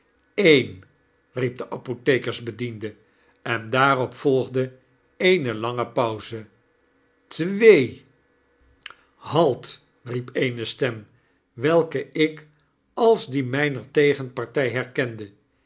een riep de apothekersbediende en daarop volgde eene lange pauze twee halt riep eene stem welke ik als die my ner tegenparty herkende